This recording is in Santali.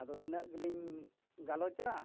ᱟᱫᱚ ᱤᱱᱟᱹᱜ ᱜᱮᱞᱤᱧ ᱜᱟᱞᱚᱪᱟ